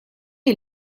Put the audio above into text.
est